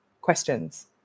questions